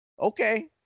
Okay